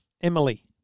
Emily